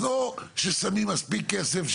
אז או ששמים מספיק כסף,